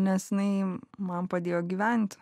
nes jinai man padėjo gyventi